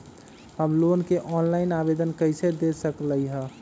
हम लोन के ऑनलाइन आवेदन कईसे दे सकलई ह?